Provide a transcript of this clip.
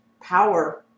power